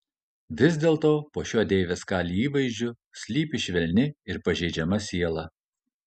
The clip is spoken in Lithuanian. vis dėlto po šiuo deivės kali įvaizdžiu slypi švelni ir pažeidžiama siela